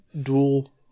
dual